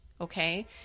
okay